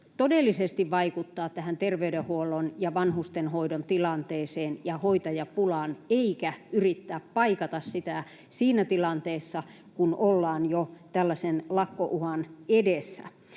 todellisesti vaikuttaa tähän terveydenhuollon ja vanhustenhoidon tilanteeseen ja hoitajapulaan eikä yrittää paikata sitä siinä tilanteessa, kun ollaan jo tällaisen lakkouhan edessä.